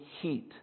heat